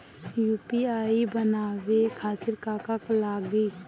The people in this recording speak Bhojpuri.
यू.पी.आई बनावे खातिर का का लगाई?